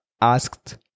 asked